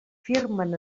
firmen